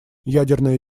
ядерные